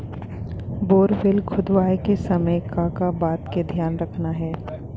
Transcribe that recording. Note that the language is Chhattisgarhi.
बोरवेल खोदवाए के समय का का बात के धियान रखना हे?